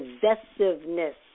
possessiveness